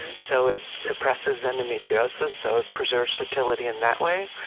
and so it suppresses endometriosis, so it preserves fertility in that way.